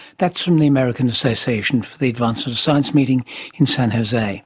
that's from the american association for the advancement of science meeting in san jose